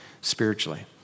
spiritually